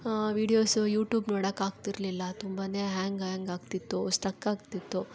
videos YouTube ನೋಡೋಕ್ಕಾಗ್ತಿರಲಿಲ್ಲ ತುಂಬನೇ hang hang ಆಗ್ತಿತ್ತು ಸ್ಟಕ್ ಆಗ್ತಿತ್ತು